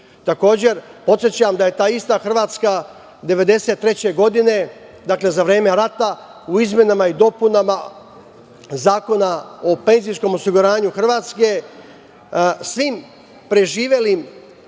Takođe, podsećam da je ta ista Hrvatska 1993. godine, dakle, za vreme rata, u izmenama i dopunama Zakona o penzijskom osiguranju Hrvatske, svim preživelim